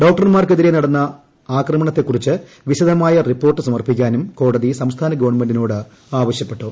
ഡോക്ടർമാർക്കെതിരെ നടന്ന ആക്രമണത്തെക്കുറിച്ച് വിശദമായ റിപ്പോർട്ട് സമർപ്പിക്കാനും കോടതി സംസ്ഥാന ഗവൺമെന്റിനോട് ആവശ്യപ്പെട്ടു